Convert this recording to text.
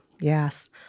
Yes